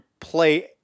play